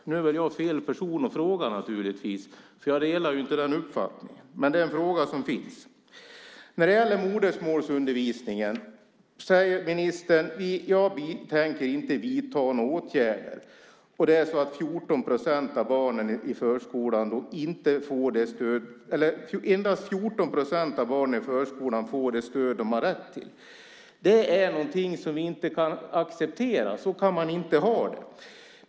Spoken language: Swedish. Naturligtvis är jag fel person att ställa frågan till eftersom jag inte delar uppfattningen, men frågan ställs alltså. När det gäller modersmålsundervisningen säger ministern: Vi tänker inte vidta några åtgärder. Men endast 14 procent av barnen i förskolan får det stöd som de har rätt till. Det är någonting som vi inte kan acceptera; så kan man inte ha det.